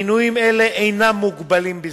מינויים אלה אינם מוגבלים בזמן.